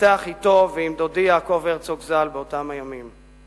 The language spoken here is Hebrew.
שהתפתח אתו ועם דודי יעקב הרצוג ז"ל באותם הימים.